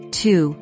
two